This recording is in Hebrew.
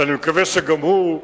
שאני מקווה שגם הוא,